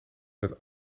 met